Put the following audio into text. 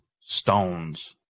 stones